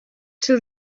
till